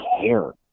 care